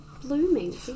blooming